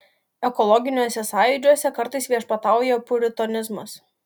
ekologiniuose sąjūdžiuose kartais viešpatauja puritonizmas